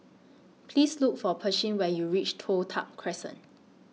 Please Look For Pershing when YOU REACH Toh Tuck Crescent